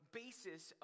basis